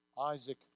Isaac